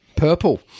Purple